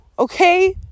Okay